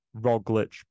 Roglic